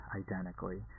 identically